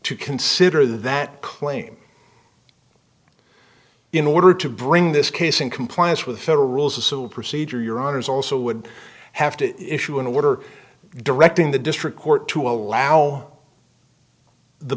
to consider that claim in order to bring this case in compliance with federal rules of civil procedure your honour's also would have to issue an order directing the district court to allow the